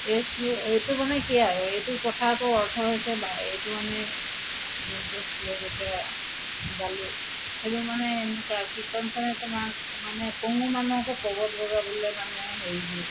এই শ্ল' এইটো মানে কি আৰু এইটো কথাটো অৰ্থ হৈছে এইটো মানে যোনটো শ্ল'ক এতিয়া গালো সেইটো মানে এনেকুৱা কীৰ্তনখনে তোমাক মানে ক'ব লগাবলে মানে হেৰি